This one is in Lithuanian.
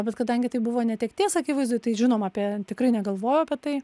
bet kadangi tai buvo netekties akivaizdoj tai žinoma apie tikrai negalvojau apie tai